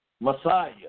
Messiah